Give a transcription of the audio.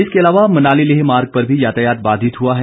इसके अलावा मनाली लेह मार्ग पर भी यातायात बाधित हुआ है